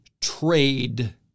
trade